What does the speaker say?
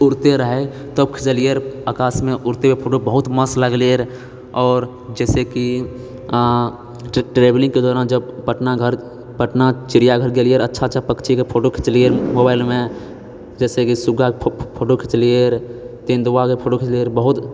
ऊड़ते रहै तब खिचलियैरऽ आकाशमे ऊड़ते हुए फोटो बहुत मस्त लगलैरऽ आओर जैसेकी ट्रेवलिङ्गके दौरान जब पटना घर पटना चिड़ियाघर गेलियैरऽ अच्छा अच्छा पक्षीके फोटो खिचलियैरऽ मोबाइलमे जैसेकी सुग्गाके फोटो खिचलियैरऽ तेंदुआके फोटो खिचलियैरऽ बहुत